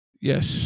Yes